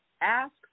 ask